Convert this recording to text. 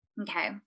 Okay